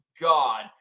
God